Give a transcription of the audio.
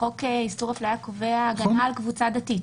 שחוק איסור הפליה הקיים קובע הגנה על קבוצה דתית.